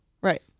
Right